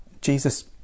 Jesus